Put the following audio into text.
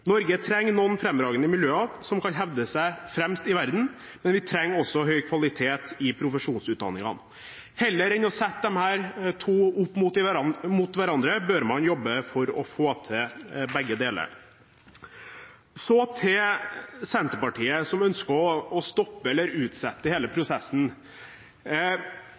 Norge trenger noen fremragende miljøer som kan hevde seg fremst i verden, men vi trenger også høy kvalitet i profesjonsutdanningene. Heller enn å sette disse to opp mot hverandre bør man jobbe for å få til begge deler. Så til Senterpartiet, som ønsker å stoppe eller utsette hele prosessen.